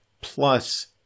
Plus